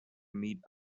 meet